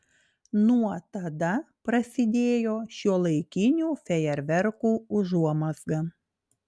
nuo tada prasidėjo šiuolaikinių fejerverkų užuomazga